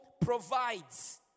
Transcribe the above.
provides